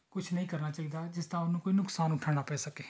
ਕੁਛ ਨਹੀਂ ਕਰਨਾ ਚਾਹੀਦਾ ਜਿਸ ਦਾ ਉਹਨੂੰ ਕੋਈ ਨੁਕਸਾਨ ਉਠਾਣਾ ਪੈ ਸਕੇ